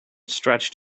stretched